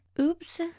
oops